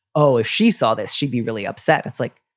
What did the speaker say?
oh, if she saw this, she'd be really upset. it's like,